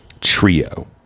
trio